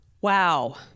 wow